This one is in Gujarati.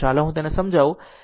તો ચાલો હું તેને સમજાવું કરું